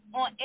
on